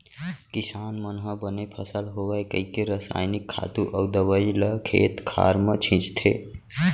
किसान मन ह बने फसल होवय कइके रसायनिक खातू अउ दवइ ल खेत खार म छींचथे